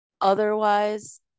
otherwise